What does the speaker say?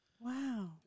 Wow